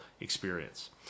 experience